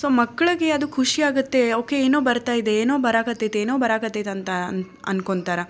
so ಮಕ್ಕಳಿಗೆ ಅದು ಖುಷಿಯಾಗುತ್ತೆ ಅವಕ್ಕೆ ಏನೋ ಬರ್ತಾ ಇದೆ ಏನೋ ಬರೋಕ್ ಹತ್ತತೆ ಏನೋ ಬರೋಕ್ ಹತ್ತತೆ ಅಂತ ಅಂದ್ಕೊಂತಾರೆ